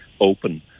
open